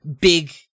big